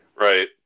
Right